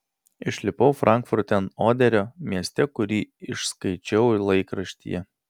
išlipau frankfurte ant oderio mieste kurį išskaičiau laikraštyje